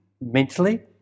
Mentally